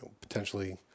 potentially